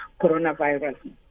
coronavirus